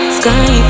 sky